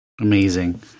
Amazing